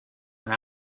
and